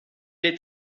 est